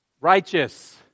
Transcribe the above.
Righteous